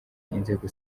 inzego